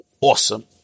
Awesome